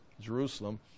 Jerusalem